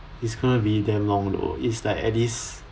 is gonna be damn long though is like at least